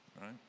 right